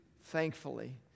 thankfully